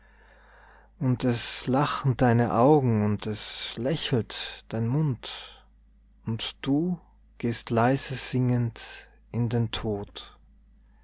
und es lachen deine augen und es lächelt dein mund und du gehst leise singend in den tod